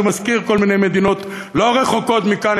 זה מזכיר כל מיני מדינות לא רחוקות מכאן,